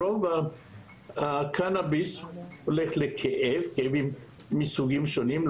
רוב הקנביס הולך לכאבים מסוגים שונים,